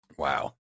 Wow